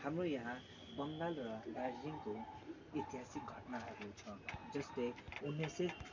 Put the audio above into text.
हाम्रो यहाँ बङ्गाल र दार्जिलिङको ऐतिहासिक घटनाहरू छ जस्तै उनाइस सय